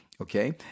okay